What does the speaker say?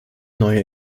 neue